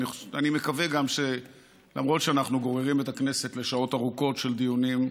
אני גם מקווה שלמרות שאנחנו גוררים את הכנסת לשעות ארוכות של דיונים,